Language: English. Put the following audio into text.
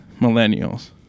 millennials